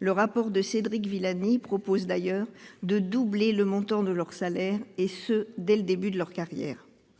Dans son rapport, Cédric Villani propose d'ailleurs de doubler le montant de leur salaire, et ce dès le début de leur carrière.